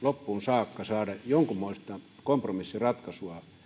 loppuun saakka saada jonkunmoista kompromissiratkaisua